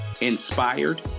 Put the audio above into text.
inspired